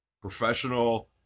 professional